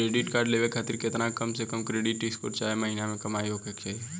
Credit card लेवे खातिर केतना कम से कम क्रेडिट स्कोर चाहे महीना के कमाई होए के चाही?